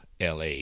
la